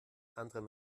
anderen